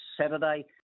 Saturday